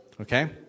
Okay